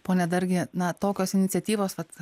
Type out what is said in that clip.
pone dargi na tokios iniciatyvos vat